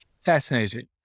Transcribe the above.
Fascinating